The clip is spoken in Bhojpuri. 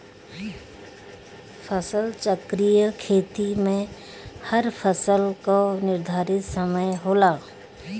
फसल चक्रीय खेती में हर फसल कअ निर्धारित समय होला